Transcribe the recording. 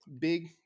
Big